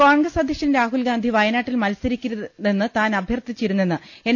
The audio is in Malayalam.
കോൺഗ്രസ് അധ്യക്ഷൻ രാഹുൽ ഗാന്ധി വയനാട്ടിൽ മത്സ രി ക്ക രു തെന്ന് അഭ്യർത്ഥിച്ചിരു ന്നെന്ന് താൻ എൻ